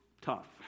tough